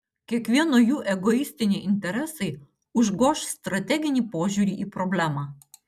kiekvieno jų egoistiniai interesai užgoš strateginį požiūrį į problemą